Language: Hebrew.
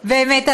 באמת,